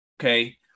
okay